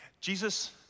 Jesus